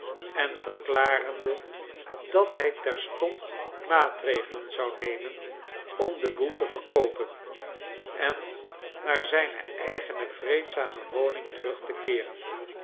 en verklarende dat hij terstond maatregelen zou nemen om den boel te verkoopen en naar zijne eigene vreedzame woning terug te keeren